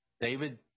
David